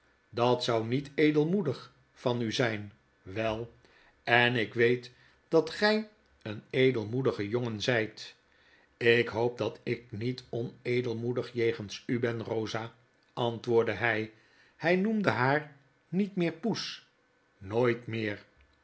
dat zou niet edelmoedig van u zjjn wel en ik weet dat gg een edelmoedige jongen zgt ik hoop dat ik met onedelmoedig jegens u ben rosa antwoordde hij hg noemde haar niet meer poes nooit meer